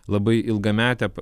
labai ilgametę